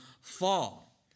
fall